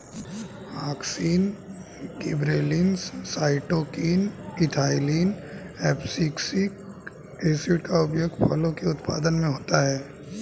auxin, gibberellins, cytokinin, ethylene, abscisic acid का उपयोग फलों के उत्पादन में होता है